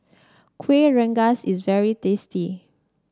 Kueh Rengas is very tasty